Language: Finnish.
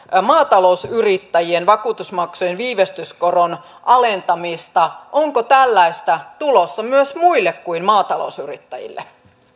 maatalousyrittäjien vakuutusmaksujen viivästyskoron alentamista onko tällaista tulossa myös muille kuin maatalousyrittäjille